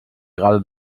gerade